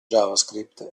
javascript